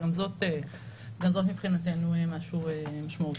שגם זה מבחינתנו משהו משמעותי.